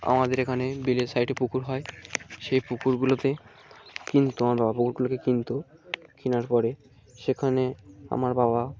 আমাদের এখানে বিলের সাইডে পুকুর হয় সেই পুকুরগুলোতে কিনতো আমার বাবা পুকুরগুলোকে কিনতো কেনার পরে সেখানে আমার বাবা